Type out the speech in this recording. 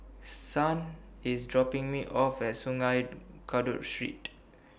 Son IS dropping Me off At Sungei Kadut Street